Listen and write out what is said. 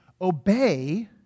obey